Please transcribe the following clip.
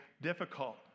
difficult